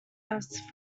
else